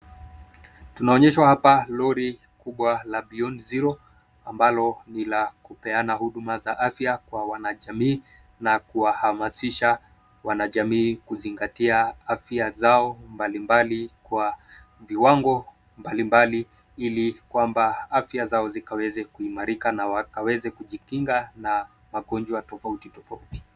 Tunaonyeshwa hapa lori kubwa la beyond zero ambalo ni la kupeana huduma za afya kwa wanajamii na kuwahamasisha wanajamii kuzingatia afya zao mbalimbali kwa viwango mbalimbali ili kwamba afya zao zikaweze kuimarika na wakaweze kujikinga na magonjwa tofauti tofauti.